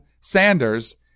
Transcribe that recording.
Sanders